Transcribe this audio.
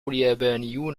اليابانيون